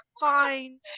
fine